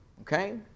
okay